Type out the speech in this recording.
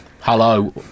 Hello